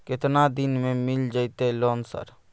केतना दिन में मिल जयते लोन सर?